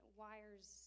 wires